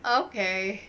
okay